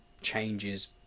changes